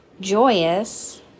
joyous